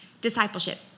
discipleship